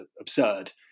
absurd